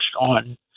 on